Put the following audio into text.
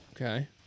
Okay